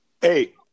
Hey